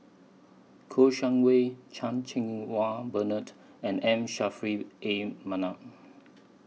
Kouo Shang Wei Chan Cheng Wah Bernard and M Saffri A Manaf